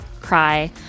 cry